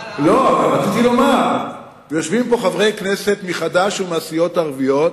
רציתי לומר שיושבים פה חברי כנסת מחד"ש ומהסיעות הערביות,